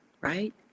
right